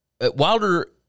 Wilder